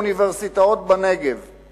באוניברסיטאות בנגב לחיילים משוחררים.